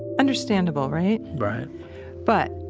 understandable, right? right but,